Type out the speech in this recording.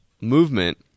movement